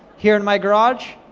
here in my garage?